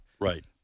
Right